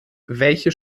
welche